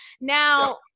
now